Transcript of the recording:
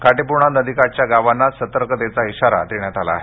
काटेपूर्णा नदीकाठच्या गावांना सतर्कतेचा इशारा देण्यात आला आहे